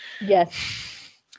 yes